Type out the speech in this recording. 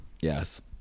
Yes